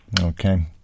Okay